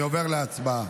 אני עובר להצבעה.